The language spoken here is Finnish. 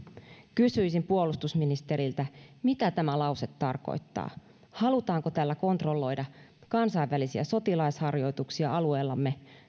kysyisin puolustusministeriltä mitä tämä lause tarkoittaa halutaanko tällä kontrolloida kansainvälisiä sotilasharjoituksia alueellamme